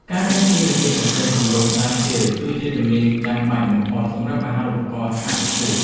ការរៀនពីរបៀបសរសេរគម្រោងស្រាវជ្រាវគឺជាជំនាញចាំបាច់បំផុតសម្រាប់អាហារូបករណ៍ថ្នាក់ខ្ពស់។